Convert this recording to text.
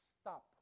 stop